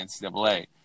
NCAA